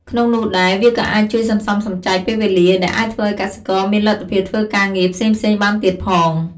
ក្នុងនោះដែរ វាក៏អាចជួយសន្សំសំចៃពេលវេលា ដែលអាចឱ្យកសិករមានលទ្ធភាពធ្វើការងារផ្សេងៗបានទៀតផង។